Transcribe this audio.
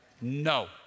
No